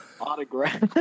autograph